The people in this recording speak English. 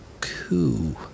coup